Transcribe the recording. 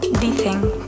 Dicen